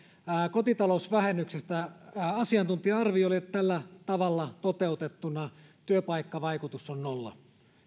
kotitalousvähennyksestä asiantuntija arvio oli että tällä tavalla toteutettuna työpaikkavaikutus on nolla